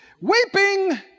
Weeping